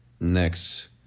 Next